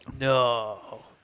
No